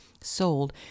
sold